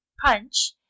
punch